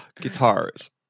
guitars